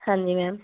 ਹਾਂਜੀ ਮੈਮ